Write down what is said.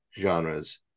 genres